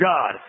God